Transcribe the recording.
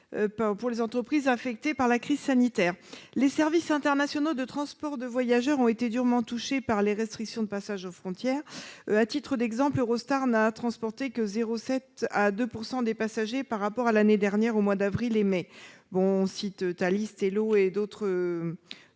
pour les entreprises affectées par la crise sanitaire. Les services internationaux de transport de voyageurs ont été durement touchés par les restrictions de passages aux frontières. Ainsi, Eurostar n'a transporté que 0,7 % à 2 % des passagers transportés l'année dernière en avril et mai. Thalys, Thello et d'autres